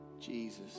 Jesus